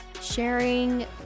sharing